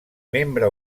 membre